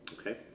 Okay